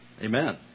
Amen